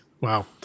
Wow